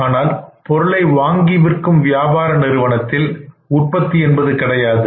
ஆனால் பொருளை வாங்கி விற்கும் வியாபார நிறுவனத்தில் உற்பத்தி என்பது கிடையாது